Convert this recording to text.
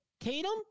Tatum